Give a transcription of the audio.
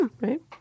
right